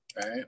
Right